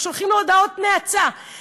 שולחים לו הודעות נאצה,